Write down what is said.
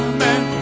Amen